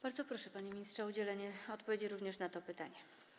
Bardzo proszę, panie ministrze, o udzielenie odpowiedzi również na to pytanie.